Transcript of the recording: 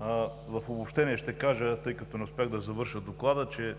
В обобщение ще кажа, тъй като не успях да завърша доклада, че